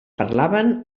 parlaven